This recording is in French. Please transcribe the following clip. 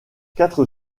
quatre